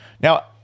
Now